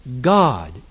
God